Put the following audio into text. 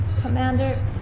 commander